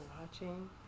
watching